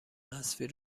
حذفی